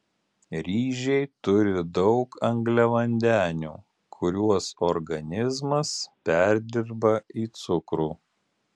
ryžiai turi daug angliavandenių kuriuos organizmas perdirba į cukrų